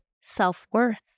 self-worth